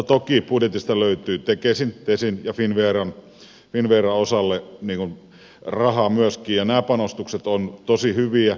toki budjetista löytyy tekesin tesin ja finnveran osalle rahaa myöskin ja nämä panostukset ovat tosi hyviä